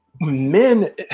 men